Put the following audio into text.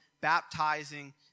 baptizing